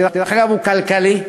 דרך אגב, הוא כלכלי.